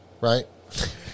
Right